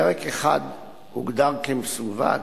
פרק אחד הוגדר כמסווג